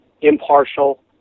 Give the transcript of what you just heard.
impartial